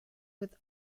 with